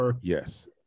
Yes